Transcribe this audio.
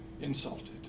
insulted